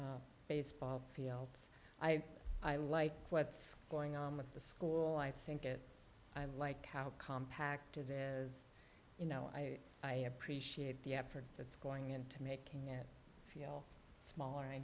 know baseball fields i i like what's going on with the school i think it i like how compact of is you know i i appreciate the effort that's going into making it feel smaller